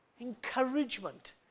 encouragement